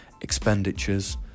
Expenditures